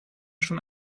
schon